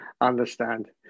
understand